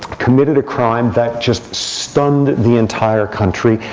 committed a crime that just stunned the entire country.